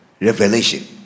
revelation